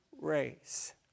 race